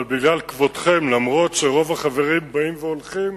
אבל בגלל כבודכם, אפילו שרוב החברים באים והולכים,